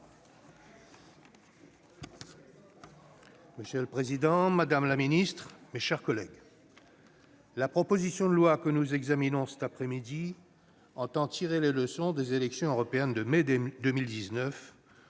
Monsieur le président, madame la ministre, mes chers collègues, la proposition de loi que nous examinons cet après-midi tend à tirer les leçons des élections européennes de mai 2019